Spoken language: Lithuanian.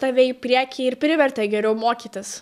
tave į priekį ir privertė geriau mokytis